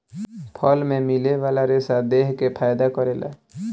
फल मे मिले वाला रेसा देह के फायदा करेला